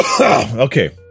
okay